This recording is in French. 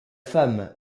femme